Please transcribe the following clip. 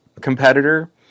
competitor